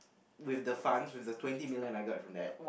with the funds with the twenty million I got from that